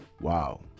wow